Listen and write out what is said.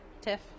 Tiff